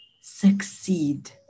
succeed